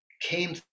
came